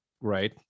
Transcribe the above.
right